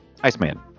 Iceman